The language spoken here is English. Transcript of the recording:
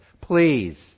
Please